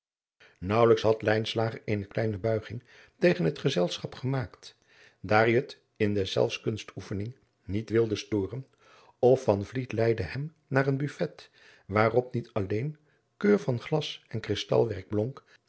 naauwelijks had lijnslager eene kleine buiging tegen het gezelschap gemaakt daar hij het in deszelfs kunstoefening niet wilde storen of van vliet leidde hem naar een buffet waarop niet alleen keur van glas en kristalwerk